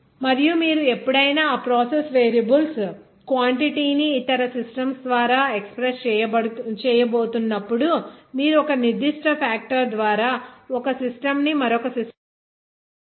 మరియు మీరు ఎప్పుడైనా ఆ ప్రాసెస్ వేరియబుల్స్ క్వాంటిటీ ని ఇతర సిస్టమ్స్ ద్వారా ఎక్స్ప్రెస్ చేయబోతున్నప్పుడు మీరు ఒక నిర్దిష్ట ఫాక్టర్ ద్వారా ఒక సిస్టమ్ ని మరొక సిస్టమ్ కు కన్వర్ట్ చేయాలి